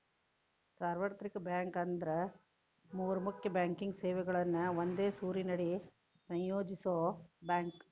ಸಾರ್ವತ್ರಿಕ ಬ್ಯಾಂಕ್ ಅಂದ್ರ ಮೂರ್ ಮುಖ್ಯ ಬ್ಯಾಂಕಿಂಗ್ ಸೇವೆಗಳನ್ನ ಒಂದೇ ಸೂರಿನಡಿ ಸಂಯೋಜಿಸೋ ಬ್ಯಾಂಕ್